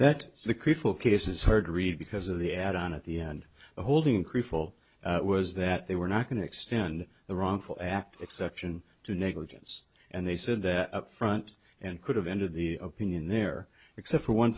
that the criminal case is hard to read because of the add on at the end holding crucial was that they were not going to extend the wrongful act exception to negligence and they said that up front and could have ended the opinion there except for one